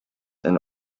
and